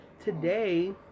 today